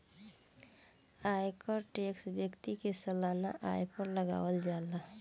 आयकर टैक्स व्यक्ति के सालाना आय पर लागावल जाला